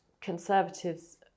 conservatives